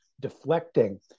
deflecting